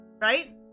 Right